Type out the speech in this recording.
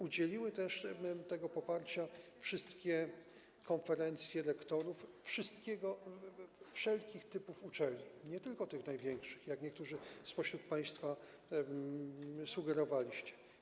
Udzieliły też tego poparcia wszystkie konferencje rektorów, wszelkich typów uczelni, nie tylko tych największych, jak niektórzy spośród państwa sugerowali.